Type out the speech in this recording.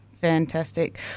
Fantastic